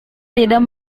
tidak